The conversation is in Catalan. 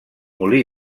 molí